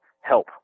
help